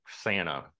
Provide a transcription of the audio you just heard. Santa